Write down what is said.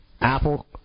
Apple